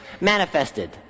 manifested